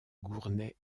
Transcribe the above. gournay